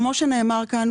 כמו שנאמר כאן,